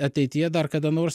ateityje dar kada nors